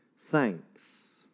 thanks